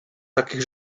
takich